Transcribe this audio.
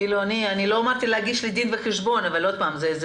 לא אמרתי להגיש לי דין וחשבון אבל זה דוגמה.